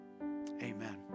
amen